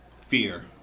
fear